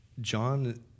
John